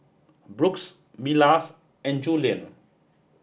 Brooks Milas and Juliann